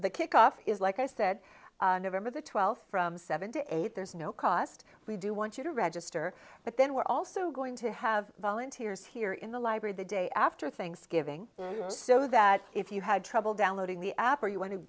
the kick off is like i said november the twelfth from seven to eight there's no cost we do want you to register but then we're also going to have volunteers here in the library the day after thanksgiving so that if you had trouble downloading the app or you wan